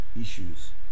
issues